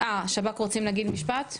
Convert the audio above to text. אה שב"כ רוצים להגיד משפט?